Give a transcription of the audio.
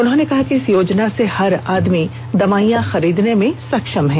उन्होंने कहा कि इस योजना से हर आदमी दवाइयां खरीदने में सक्षम है